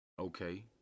okay